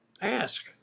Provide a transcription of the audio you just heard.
ask